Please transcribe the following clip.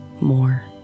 more